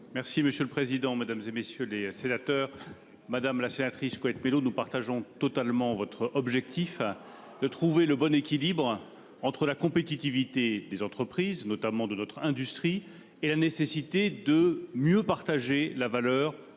de la souveraineté industrielle et numérique. Madame la sénatrice Colette Mélot, nous partageons totalement votre objectif de trouver le bon équilibre entre la compétitivité des entreprises, notamment de notre industrie, et la nécessité de mieux partager la valeur